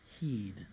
heed